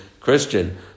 Christian